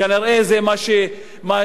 כנראה זה מה שיקרה.